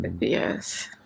Yes